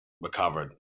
recovered